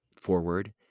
forward